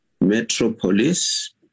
metropolis